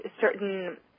certain